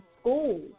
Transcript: school